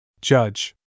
Judge